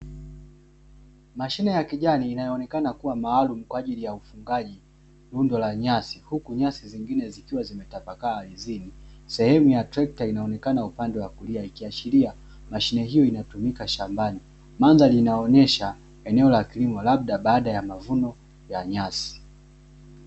Mashine ya kijani inayoonekana kuwa maalumu kwa ajili ya ufungaji rundo la nyasi, huku nyasi zingine zikiwa zimetapakaa ardhini. Sehemu ya trekta inayonekana upande wa kulia ikiashiria mashine hiyo inatumika shambani. Mandhari inaonyesha eneo la kilimo labda baada ya mavuno ya nyasi.